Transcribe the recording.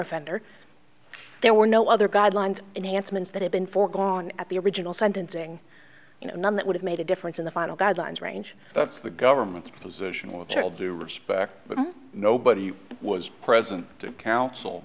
offender there were no other guidelines enhancements that had been foregone at the original sentencing you know none that would have made a difference in the final guidelines range that's the government's position which all due respect but nobody was present to counsel